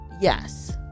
yes